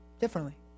differently